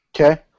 Okay